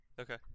Okay